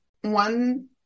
One